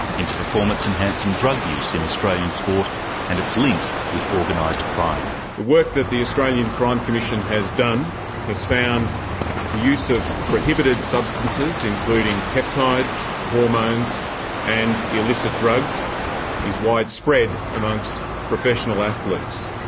into performance enhancing drug use in australian sport and its links with organised crime. the work that the australian crime commission has done has found the use of prohibited substances including peptides, hormones and illicit drugs is widespread amongst professional athletes.